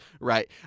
Right